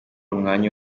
umwanya